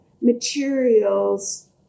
materials